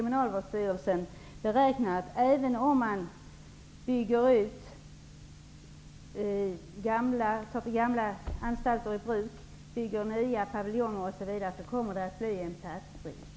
Kriminalvårdsstyrelsen räknar med att även om gamla anstalter tas i bruk och nya paviljonger byggs kommer det att bli en platsbrist.